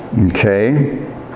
Okay